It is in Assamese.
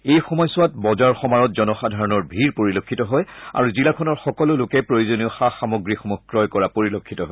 এই সময়ছোৱাত বজাৰ সমাৰত জনসাধাৰণৰ ভিৰ পৰিলক্ষিত হয় আৰু জিলাখনৰ সকলো লোকে প্ৰয়োজনীয় সা সামগ্ৰীসমূহ ক্ৰয় কৰা পৰিলক্ষিত হয়